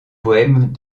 poèmes